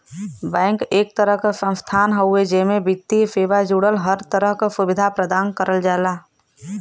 bank एक तरह क संस्थान हउवे जेमे वित्तीय सेवा जुड़ल हर तरह क सुविधा प्रदान करल जाला